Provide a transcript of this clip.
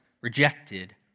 rejected